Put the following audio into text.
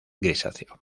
grisáceo